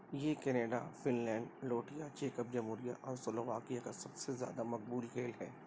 یہ Canada Finland Latvia چیکپ جمہوریہ اور سلوواکیہ کا سب سے زیادہ مقبول کھیل ہے